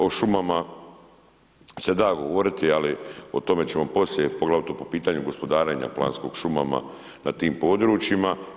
O šumama se da govoriti, ali o tome ćemo poslije, poglavito po pitanju gospodarenja planskog šumama na tim područjima.